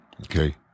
okay